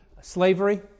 slavery